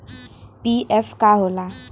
PF का होला?